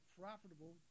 profitable